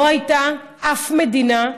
לא הייתה אף מדינה,